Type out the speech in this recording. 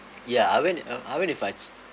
ya I went uh I went with my